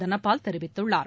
தனபால் தெரிவித்துள்ளார்